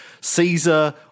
Caesar